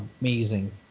amazing